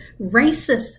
racist